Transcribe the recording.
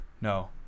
No